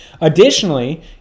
Additionally